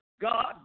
God